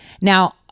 Now